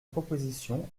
proposition